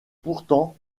pourtant